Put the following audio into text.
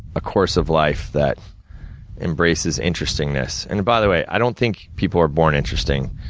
a course of life that embraces interestingness and, by the way, i don't think people are born interesting,